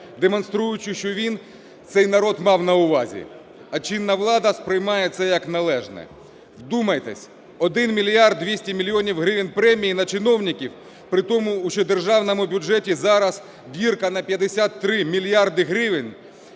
демонструючи, що він цей народ мав на увазі, а чинна влада сприймає це як належне. Вдумайтесь: 1 мільярд 200 мільйонів гривень премії на чиновників при тому, що в державному бюджеті зараз дірка на 53 мільярди гривень,